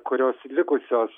kurios likusios